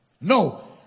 No